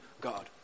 God